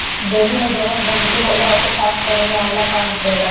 देहि में जवन गंदगी होला ओके साफ़ केरे में आंवला काम करेला